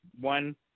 one